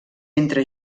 entre